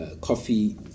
coffee